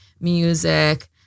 music